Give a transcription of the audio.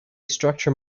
structure